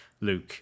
luke